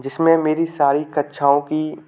जिसमें मेरी सारी कक्षाओं की